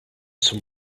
some